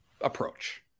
approach